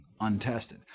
untested